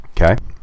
Okay